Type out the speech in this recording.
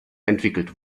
entwickelt